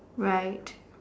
right